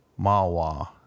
Mawa